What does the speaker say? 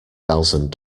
thousand